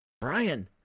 Brian